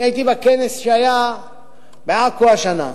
הייתי בכנס שהיה בעכו השנה,